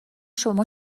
شما